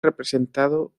representado